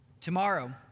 Tomorrow